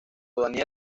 daniel